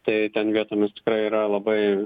tai ten vietomis yra labai